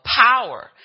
power